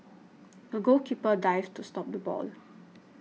the goalkeeper dived to stop the ball